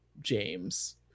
james